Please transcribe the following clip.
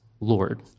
Lord